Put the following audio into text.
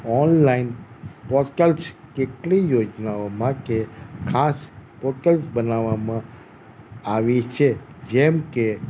online postals કેટલી યોજનાઓ માટે ખાસ પોટલ બનાવવામાં આવી છે જેમકે